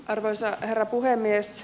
arvoisa herra puhemies